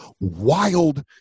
wild